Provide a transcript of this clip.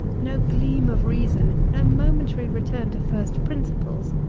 no gleam of reason, no momentary return to first principles,